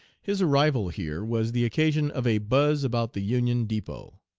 his arrival here was the occasion of a buzz about the union depot.